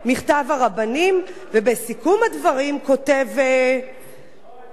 ובסיכום הדברים כותב המשנה לפרקליט המדינה,